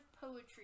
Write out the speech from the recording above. poetry